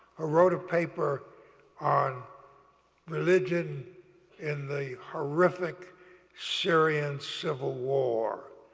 wrote a paper on religion in the horrific syrian civil war.